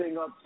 up